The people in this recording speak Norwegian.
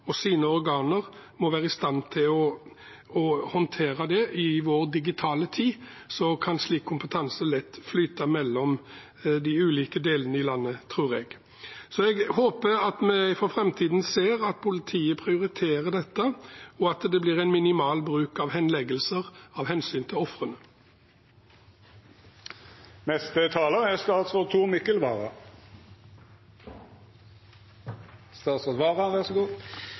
og sine organer må være i stand til å håndtere det. I vår digitale tid kan slik kompetanse lett flyte mellom de ulike delene av landet, tror jeg. Så jeg håper at vi for framtiden ser at politiet prioriterer dette, og at det blir en minimal bruk av henleggelser, av hensyn til ofrene. Hatkriminalitet er